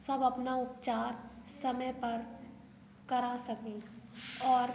सब अपना उपचार समय पर करा सकें और